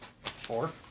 Four